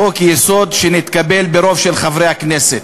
בחוק-יסוד שנתקבל ברוב של חברי הכנסת.